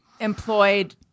Employed